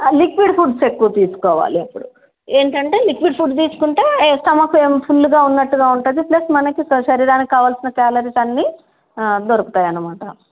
liquid foods ఎక్కువ తీసుకోవాలి అప్పుడు ఏమిటి అంటే లిక్విడ్ ఫుడ్ తీసుకుంటే స్టమక్ ఫుల్గా ఉన్నట్టుగా ఉంటుంది ప్లస్ మనకి శరీరానికి కావాల్సిన క్యాలరీస్ అన్నీ దొరుకుతాయి అన్నమాట